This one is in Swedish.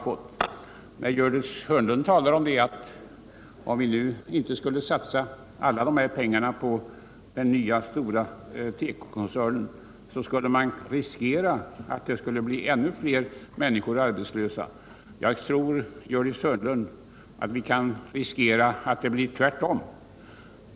Gördis Hörnlund sade att om vi nu inte satsar alla pengarna på den nya stora tekokoncernen riskerar vi att ännu fler människor blir arbetslösa. Jag tror, Gördis Hörnlund, att det blir tvärtom.